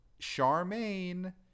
charmaine